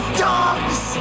dogs